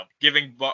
giving